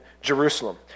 Jerusalem